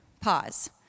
Pause